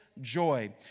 joy